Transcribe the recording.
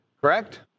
Correct